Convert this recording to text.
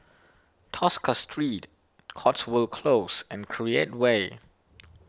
Tosca Street Cotswold Close and Create Way